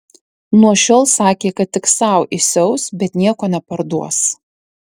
nuo šiol sakė kad tik sau išsiaus bet nieko neparduos